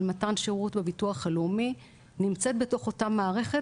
מתן שירות בביטוח הלאומי נמצאת בתוך אותה מערכת